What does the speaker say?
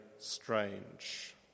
strange